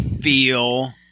feel